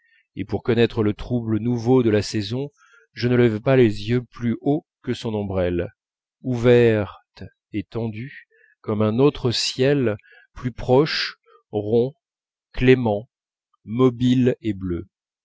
et pour connaître le trouble nouveau de la saison je ne levais pas les yeux plus haut que son ombrelle ouverte et tendue comme un autre ciel plus proche rond clément mobile et bleu